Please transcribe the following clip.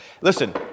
Listen